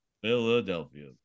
Philadelphia